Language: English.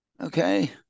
Okay